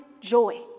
joy